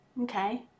okay